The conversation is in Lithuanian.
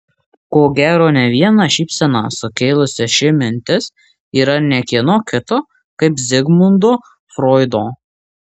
ko gero ne vieną šypseną sukėlusi ši mintis yra ne kieno kito kaip zigmundo froido